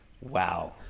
Wow